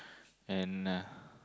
and uh